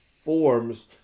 forms